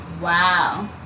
wow